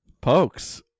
pokes